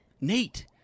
Nate